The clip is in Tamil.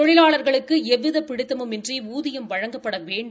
தொழிலாளா்களுக்கு எவ்வித பிடித்தமுமின்றி ஊதியம் வழங்கப்பட வேண்டும்